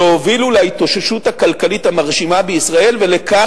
שהובילו להתאוששות הכלכלית המרשימה בישראל ולכך